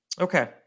Okay